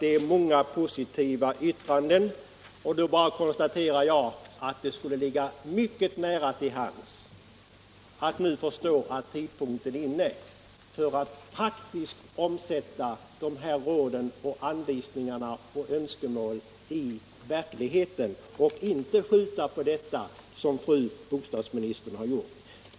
Det finns många positiva yttranden, och jag konstaterar att det borde ligga mycket nära till hands att nu förstå att tidpunkten är inne att praktiskt omsätta råden och anvisningarna och önskemålen i verkligheten och inte skjuta på det som fru bostadsministern har gjort.